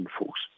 enforce